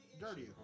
Dirty